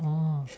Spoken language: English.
orh